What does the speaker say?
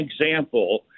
example